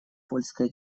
польская